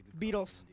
Beatles